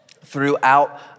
throughout